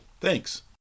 Thanks